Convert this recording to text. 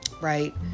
right